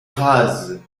croise